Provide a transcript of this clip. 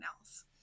else